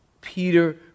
Peter